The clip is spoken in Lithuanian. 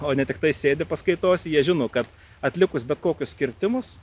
o ne tiktai sėdi paskaitose jie žino kad atlikus bet kokius kirtimus